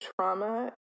trauma